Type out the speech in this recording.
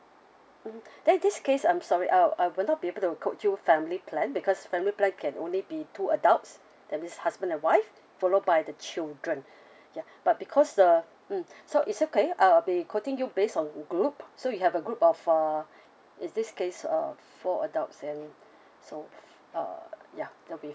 mmhmm then in this case um sorry uh uh we'll not be able to quote you family plan because family plan can only be two adults that means husband and wife followed by the children ya but because the mm so it's okay I'll be quoting you based on group so you have a group of uh in this case uh four adults and so uh ya that'll be